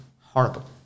Horrible